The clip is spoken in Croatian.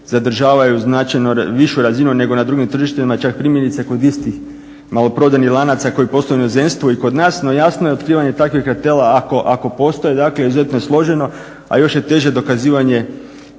zadržavaju značajno višu razinu nego na drugim tržištima čak primjerice kod istih maloprodajnih lanaca koji posluju u inozemstvu i kod nas. No, jasno je otkrivanje takvih kartela ako postoje. Dakle, izuzetno je složeno a još je teže dokazivanje